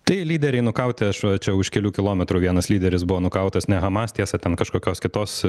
tai lyderiai nukauti aš va čia už kelių kilometrų vienas lyderis buvo nukautas ne hamas tiesa ten kažkokios kitos